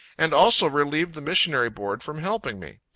and also relieve the missionary board from helping me.